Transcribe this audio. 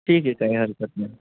ठीक आहे काय हरकत नाही